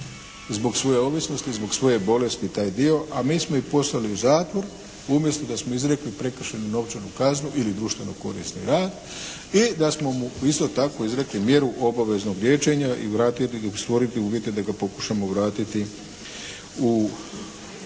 zbog svoje ovisnosti i zbog svoje bolesti taj dio, a mi smo ih poslali u zatvor umjesto da smo izrekli prekršajnu novčanu kaznu ili društveno korisni rad i da smo mu isto tako izrekli mjeru obaveznog liječenja i vratili, stvoriti uvjete da ga pokušamo vratiti u život